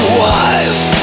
wife